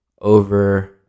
over